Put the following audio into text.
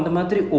mm